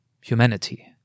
humanity